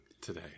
today